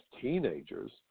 teenagers